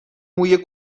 موی